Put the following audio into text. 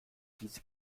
diese